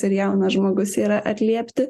ir jaunas žmogus yra atliepti